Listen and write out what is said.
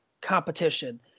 competition